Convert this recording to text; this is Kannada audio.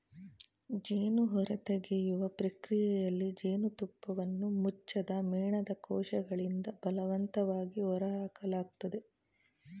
ಜೇನು ಹೊರತೆಗೆಯುವ ಪ್ರಕ್ರಿಯೆಯಲ್ಲಿ ಜೇನುತುಪ್ಪವನ್ನು ಮುಚ್ಚದ ಮೇಣದ ಕೋಶಗಳಿಂದ ಬಲವಂತವಾಗಿ ಹೊರಹಾಕಲಾಗ್ತದೆ